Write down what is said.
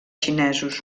xinesos